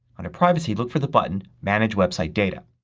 under privacy look for the button manage website data.